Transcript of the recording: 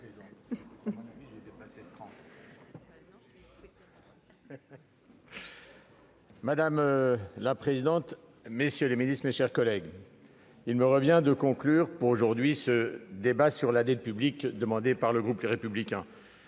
Madame la présidente, messieurs les ministres, mes chers collègues, il me revient de conclure, pour aujourd'hui, ce débat sur la dette publique demandé par le groupe Les Républicains.